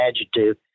adjective